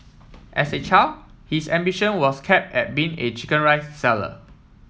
as a child his ambition was cap at being a chicken rice seller